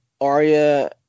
Arya